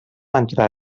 entre